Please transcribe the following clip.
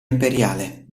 imperiale